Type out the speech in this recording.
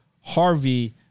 Harvey